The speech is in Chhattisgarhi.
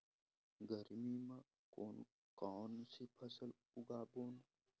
गरमी मा कोन कौन से फसल उगाबोन?